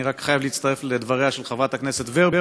אני רק חייב להצטרף לדבריה של חברת הכנסת ורבין.